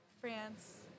France